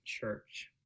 Church